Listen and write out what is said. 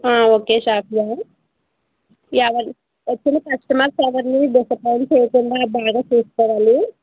okay Shafia ఎవరు ఎప్పుడు customers ఎవరినీ డిసప్పాయింట్ చేయకుండా బాగా చూసుకోవాలి